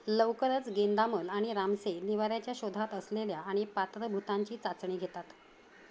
लवकरच गेंदामल आणि रामसे निवाऱ्याच्या शोधात असलेल्या आणि पात्र भूतांची चाचणी घेतात